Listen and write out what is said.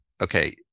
okay